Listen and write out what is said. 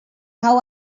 how